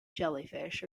jellyfish